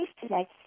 today